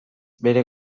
bere